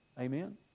Amen